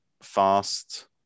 fast